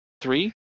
Three